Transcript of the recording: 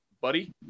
buddy